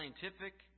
scientific